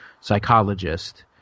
psychologist